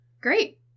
Great